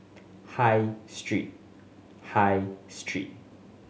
High Street High Street